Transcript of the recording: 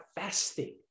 fasting